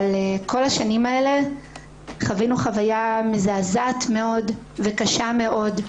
במשך כל השנים האלה חווינו חוויה מזעזעת מאוד וקשה מאוד.